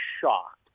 shocked